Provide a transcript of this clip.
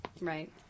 Right